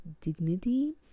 dignity